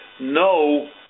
no